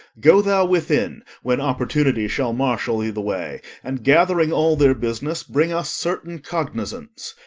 go thou within, when opportunity shall marshal thee the way, and gathering all their business, bring us certain cognizance.